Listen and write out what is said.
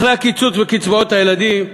אחרי הקיצוץ בקצבאות הילדים,